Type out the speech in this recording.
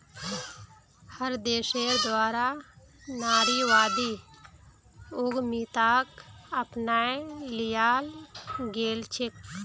हर देशेर द्वारा नारीवादी उद्यमिताक अपनाए लियाल गेलछेक